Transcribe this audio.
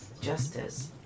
justice